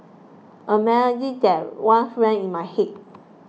a melody that once rang in my head